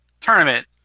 tournament